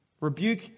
Rebuke